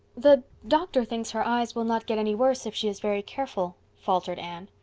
the doctor thinks her eyes will not get any worse if she is very careful, faltered anne.